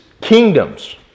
kingdoms